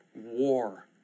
war